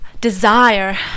desire